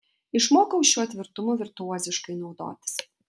išmokau šiuo tvirtumu virtuoziškai naudotis